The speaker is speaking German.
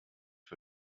für